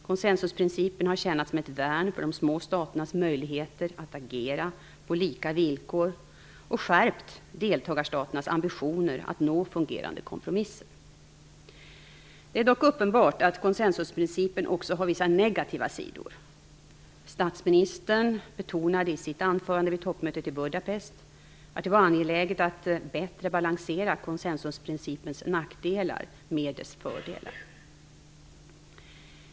Konsensusprincipen har tjänat som ett värn för de små staternas möjligheter att agera på lika villkor och skärpt deltagarstaternas ambitioner att nå fungerande kompromisser. Det är dock uppenbart att konsensusprincipen också har vissa negativa sidor. Statsministern betonade i sitt anförande vid toppmötet i Budapest att det var angeläget att bättre balansera konsensusprincipens nackdelar med dess fördelar.